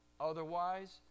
Otherwise